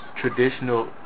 traditional